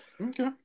Okay